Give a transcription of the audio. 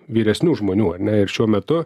vyresnių žmonių ar ne ir šiuo metu